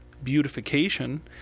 beautification